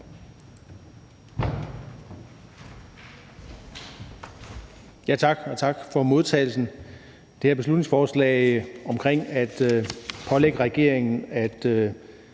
Tak for modtagelsen